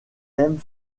thèmes